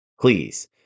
please